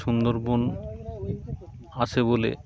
সুন্দরবন আছে বলে